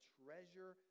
treasure